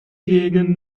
gegen